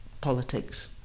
politics